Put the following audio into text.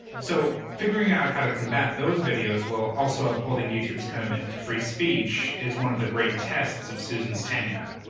so figuring out how to combat those videos while also upholding youtube's commitment and to free speech is one of the great tests of susan's tenure.